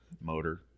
motor